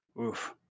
Oof